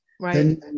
Right